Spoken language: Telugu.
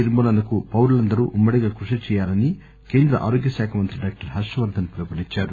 నిర్మూలనకు పౌరులందరూ ఉమ్మడిగా కృషి చేయాలని కేంద్ర ఆరోగ్యశాఖ మంత్రి డాక్టర్ హర్షవర్దన్ పిలుపునిచ్చారు